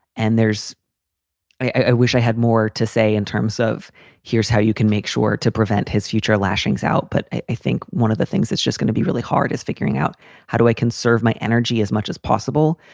and there's i wish i had more to say in terms of here's how you can make sure to prevent his future lashings out. but i think one of the things that's just gonna be really hard is figuring out how do i conserve my energy as much as possible,